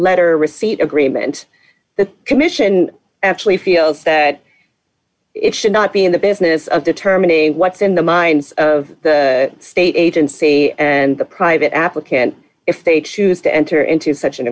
letter receipt agreement the commission actually feels that it should not be in the business of determining what's in the minds of the state agency and the private applicant if they choose to enter into